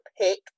pick